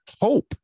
hope